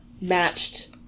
matched